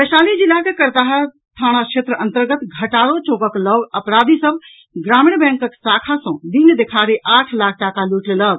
वैशाली जिलाक करताहा थाना क्षेत्र अंतर्गत घटारो चौकक लऽग अपराधी सभ ग्रामीण बैंकक शाखा सॅ दिन देखाड़े आठ लाख टाका लूटि लेलक